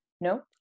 No